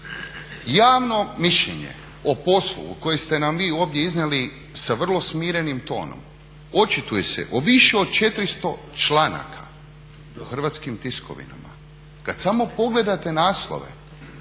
Javno mišljenje o poslu koji ste nam vi ovdje iznijeli sa vrlo smirenim tonom očituje se u više od 400 članaka u hrvatskim tiskovinama kad samo pogledate naslove